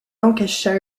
lancashire